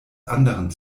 anderen